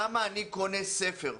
למה אני קונה ספר?